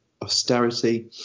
austerity